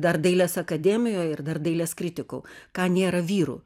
dar dailės akademijoj ir dar dailės kritikų ką nėra vyrų